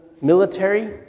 military